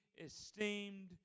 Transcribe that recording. esteemed